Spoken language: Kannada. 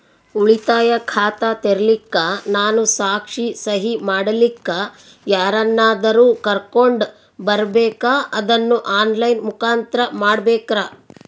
ಉಳಿತಾಯ ಖಾತ ತೆರಿಲಿಕ್ಕಾ ನಾನು ಸಾಕ್ಷಿ, ಸಹಿ ಮಾಡಲಿಕ್ಕ ಯಾರನ್ನಾದರೂ ಕರೋಕೊಂಡ್ ಬರಬೇಕಾ ಅದನ್ನು ಆನ್ ಲೈನ್ ಮುಖಾಂತ್ರ ಮಾಡಬೇಕ್ರಾ?